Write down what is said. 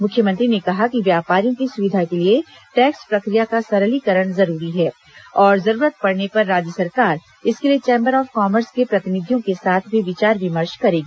मुख्यमंत्री ने कहा कि व्यापारियों की सुविधा के लिए टैक्स प्रक्रिया का सरलीकरण जरुरी है और जरूरत पड़ने पर राज्य सरकार इसके लिए चेंबर ऑफ कॉमर्स के प्रतिनिधियों के साथ भी विचार विमर्श करेगी